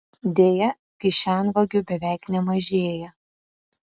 deja kišenvagių beveik nemažėja